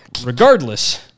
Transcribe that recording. regardless